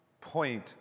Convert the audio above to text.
point